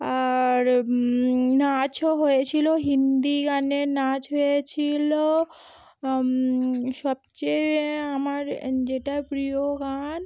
আর নাচও হয়েছিলো হিন্দি গানে নাচ হয়েছিলো সবচেয়ে আমার যেটা প্রিয় গান